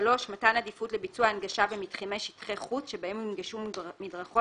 מתן עדיפות לביצוע הנגשה במתחמי שטחי חוץ שבהם יונגשו מדרכות